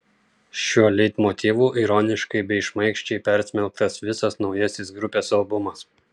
šiuo leitmotyvu ironiškai bei šmaikščiai persmelktas visas naujasis grupės albumas